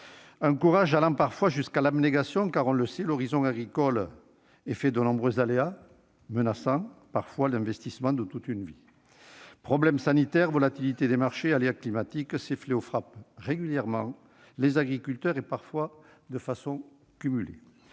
certain, allant parfois jusqu'à l'abnégation, car- on le sait -l'horizon agricole est fait de nombreux aléas, menaçant parfois l'investissement de toute une vie. Problèmes sanitaires, volatilité des marchés, aléas climatiques : ces fléaux frappent régulièrement les agriculteurs, et parfois de façon cumulée.